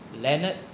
Leonard